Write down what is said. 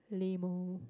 lame oh